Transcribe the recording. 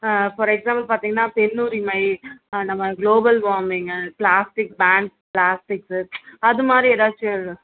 ah for example பார்த்தீங்கன்னா பெண்ணுரிமை நம்ம global warming plastic ban plastics அது மாதிரி ஏதாச்சும்